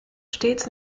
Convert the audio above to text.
stets